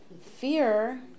fear